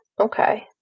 okay